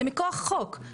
זה מכח החוק, הם חייבים.